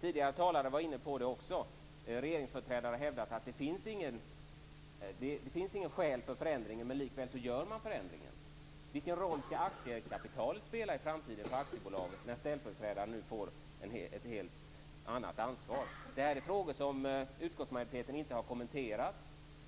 Tidigare talare har också varit inne på det här. Regeringsföreträdare har hävdat att det inte finns något skäl, men likväl gör man förändringen. Vilken roll skall aktiekapitalet spela för aktiebolaget i framtiden, när ställföreträdaren nu får ett helt annat ansvar? Det här är frågor som utskottsmajoriteten inte har kommenterat